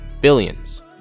Billions